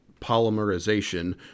polymerization